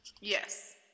Yes